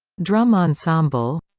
drum ensemble